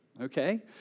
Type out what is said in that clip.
okay